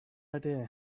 idea